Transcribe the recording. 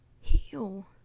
heal